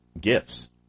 gifts